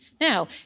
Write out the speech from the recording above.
Now